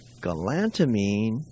galantamine